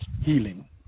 healing